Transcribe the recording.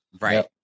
right